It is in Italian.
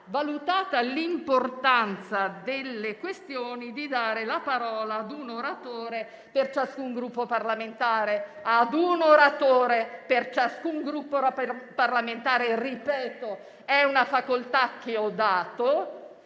valutata l'importanza della questione, di dare la parola ad un oratore per ciascun Gruppo parlamentare». Lo ripeto: ad un oratore per ciascun Gruppo parlamentare. È una facoltà che ho dato,